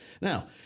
Now